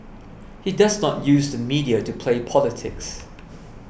he does not use the media to play politics